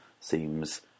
seems